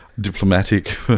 diplomatic